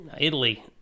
Italy